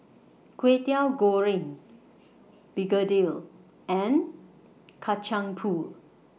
Kwetiau Goreng Begedil and Kacang Pool